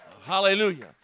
Hallelujah